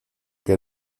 que